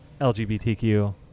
LGBTQ